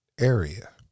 area